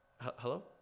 hello